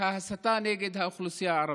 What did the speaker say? והסתה נגד האוכלוסייה הערבית.